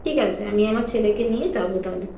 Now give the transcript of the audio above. ঠিক আছে আমি আমার ছেলেকে নিয়ে যাব তাহলে